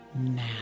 Now